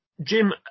Jim